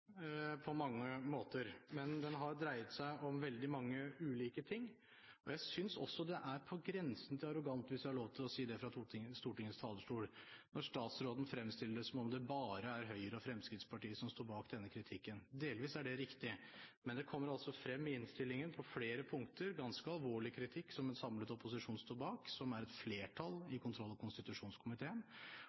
på mange måter har vært ganske god. Den har dreid seg om veldig mange ulike ting. Jeg synes også det er på grensen til arrogant, hvis jeg har lov til å si det fra Stortingets talerstol, når statsråden fremstiller det som om det bare er Høyre og Fremskrittspartiet som står bak denne kritikken. Delvis er det riktig. Men det kommer altså frem i innstillingen, på flere punkter, ganske alvorlig kritikk som en samlet opposisjon står bak, som er et flertall i kontroll- og konstitusjonskomiteen.